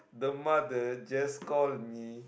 the mother just called me